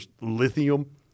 lithium